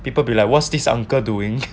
people be like what's this uncle doing